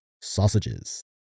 Sausages